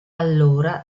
allora